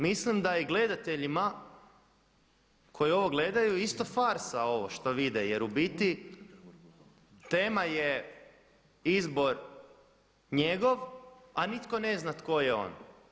Mislim da i gledateljima koji ovo gledaju isto farsa ovo što vide jer u biti tema je izbor njegov, a nitko ne zna tko je on.